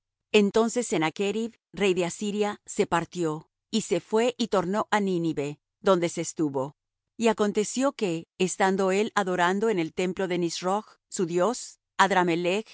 entonces sennachrib rey de asiria se partió y se fué y tornó á nínive donde se estuvo y aconteció que estando él adorando en el templo de nisroch su dios